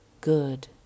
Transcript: good